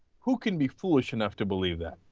who can be foolish enough to believe that